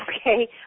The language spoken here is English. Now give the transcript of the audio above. okay